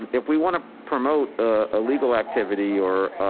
um if we wanna promote a illegal activity or